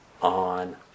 on